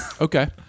Okay